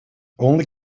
only